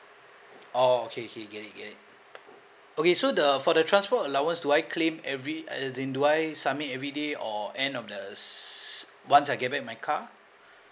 oh okay okay get it get it okay so the for the transport allowance do I claim every as in do I submit everyday or end of the s~ once I get back my car